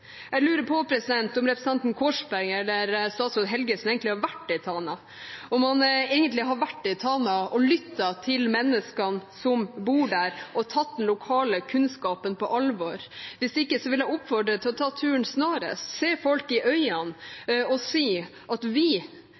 Jeg lurer på om representanten Korsberg eller statsråd Helgesen egentlig har vært i Tana. Har man egentlig vært i Tana og lyttet til menneskene som bor der, og tatt den lokale kunnskapen på alvor? Hvis ikke vil jeg oppfordre dem til å ta turen snarest, se folk i øynene og si: Vi vet best om deres fortid, om deres framtid, vi